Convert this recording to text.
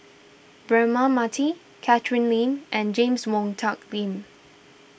Braema Mathi Catherine Lim and James Wong Tuck Yim